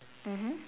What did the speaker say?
mmhmm